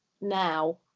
now